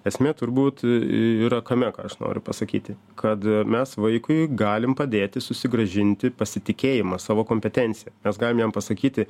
esmė turbūt yra kame ką aš noriu pasakyti kad mes vaikui galim padėti susigrąžinti pasitikėjimą savo kompetencija mes galim jam pasakyti